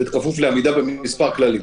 בכפוף לעמידה במספר כללי.